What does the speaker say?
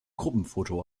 gruppenfoto